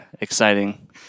exciting